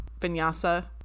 vinyasa